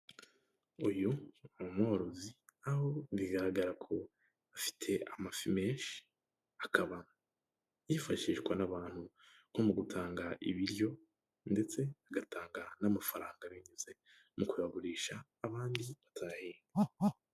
Uyu ni umworozi. Aho bigaragara ko afite amafi menshi. Akaba yifashishwa n'abantu nko mu gutanga ibiryo ndetse agatanga n'amafaranga, binyuze mu kuyagurisha abandi bahembwe.